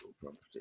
property